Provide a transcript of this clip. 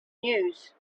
news